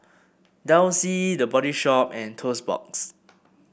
Delsey The Body Shop and Toast Box